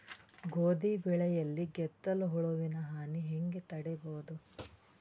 ಗೋಧಿ ಬೆಳೆಯಲ್ಲಿ ಗೆದ್ದಲು ಹುಳುವಿನ ಹಾನಿ ಹೆಂಗ ತಡೆಬಹುದು?